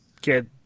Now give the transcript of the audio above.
get